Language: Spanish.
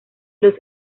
los